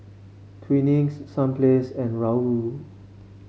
Twinings Sunplay and Raoul